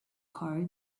car